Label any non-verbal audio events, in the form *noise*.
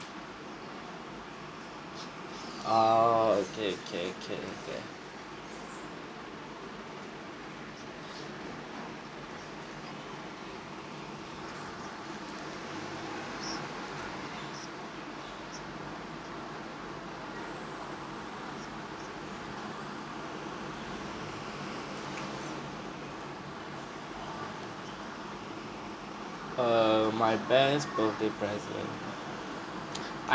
err okay okay okay okay err my best birthday present *breath* I